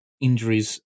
injuries